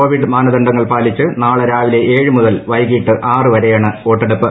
Covid മാനദണ്ഡങ്ങൾ പാലിച്ച് നാളെ രാവിലെ ഏഴ് മുതൽ വൈകിട്ട് ആറ് വരെയാണ് വോട്ടെടുപ്പ്